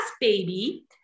Baby